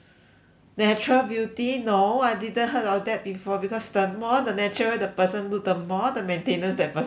natural beauty no I didn't heard of that before because the more the natural the person look the more the maintenance that person needs